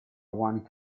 one